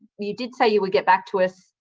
you did say you would get back to us,